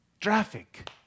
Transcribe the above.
traffic